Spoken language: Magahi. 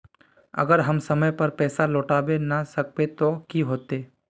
अगर हम समय पर पैसा लौटावे ना सकबे ते की होते?